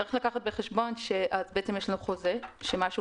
צריך לקחת בחשבון שיש לנו חוזה שמשהו